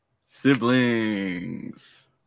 siblings